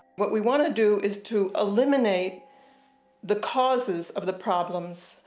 what we want to do is to eliminate the causes of the problems.